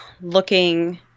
looking –